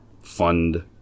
Fund